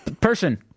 person